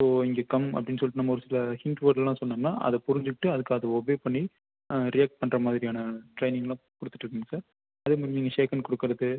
so இங்கே come அப்படின் சொல்லிட்டு நம்ம ஒரு சில ஹிண்ட் வேர்ட் எல்லாம் சொன்னோம்னா அதை புரிஞ்சிகிட்டு அதுக்கு அது ஒபே பண்ணி ரியாக்ட் பண்ணுற மாதிரியான ட்ரைனிங் எல்லாம் கொடுத்துட்ருக்கங் சார் அதேமாதிரி நீங்கள் ஷேக்கன் கொடுக்கறது